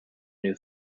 new